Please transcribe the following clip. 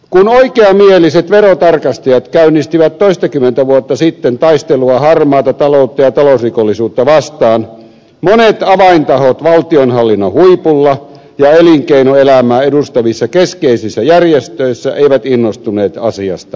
kun oikeamieliset verotarkastajat käynnistivät toistakymmentä vuotta sitten taistelua harmaata taloutta ja talousrikollisuutta vastaan monet avaintahot valtionhallinnon huipulla ja elinkeinoelämää edustavissa keskeisissä järjestöissä eivät innostuneet asiasta lainkaan